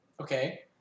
Okay